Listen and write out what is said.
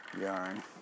yarn